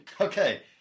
Okay